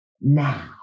now